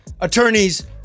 attorneys